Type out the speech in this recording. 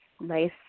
nice